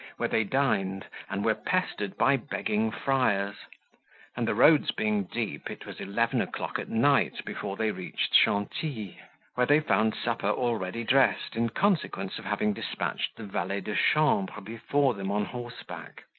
where they dined, and were pestered by begging friars and the roads being deep, it was eleven o'clock at night before they reached chantilly, where they found supper already dressed, in consequence of having despatched the valet-de-chambre before them on horseback.